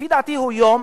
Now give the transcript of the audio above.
לפי דעתי זהו יום